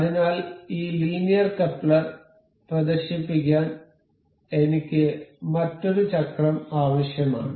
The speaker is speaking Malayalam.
അതിനാൽ ഈ ലീനിയർ കപ്ലർ പ്രദർശിപ്പിക്കാൻ എനിക്ക് മറ്റൊരു ചക്രം ആവശ്യമാണ്